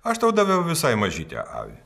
aš tau daviau visai mažytę avį